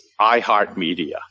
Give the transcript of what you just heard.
iHeartMedia